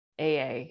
AA